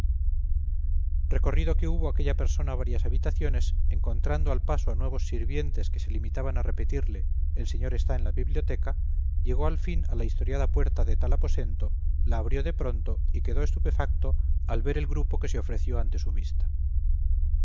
recorrido que hubo aquella persona varias habitaciones encontrando al paso a nuevos sirvientes que se limitaban a repetirle el señor está en la biblioteca llegó al fin a la historiada puerta de tal aposento la abrió de pronto y quedó estupefacto al ver el grupo que se ofreció ante su vista